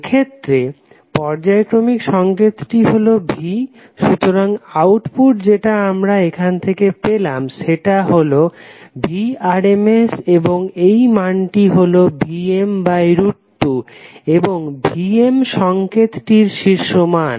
এক্ষেত্রে পর্যায়ক্রমিক সংকেতটি হলো V সুতরাং আউটপুট যেটা আমরা এখান থেকে পেলাম সেটা হলো Vrms এবং এই মানটি হলো Vm2 এবং Vm সংকেতটির শীর্ষ মান